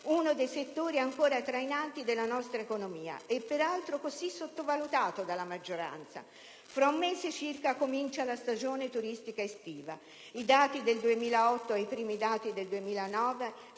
uno dei settori ancora trainanti della nostra economia, peraltro così sottovalutato dalla maggioranza. Fra un mese circa comincia la stagione turistica estiva. I dati del 2008 e i primi dati del 2009